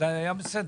זה היה בסדר.